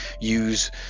use